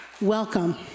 Welcome